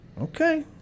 Okay